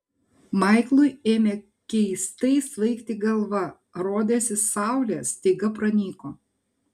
maiklui ėmė keistai svaigti galva rodėsi saulė staiga pranyko